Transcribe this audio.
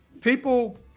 people